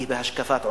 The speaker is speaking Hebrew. היא בהשקפת עולם,